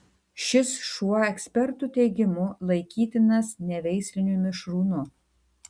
šis šuo ekspertų teigimu laikytinas neveisliniu mišrūnu